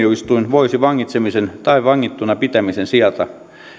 voisi vangitsemisen tai vangittuna pitämisen sijasta määrätä tuomitun henkilön